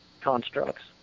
constructs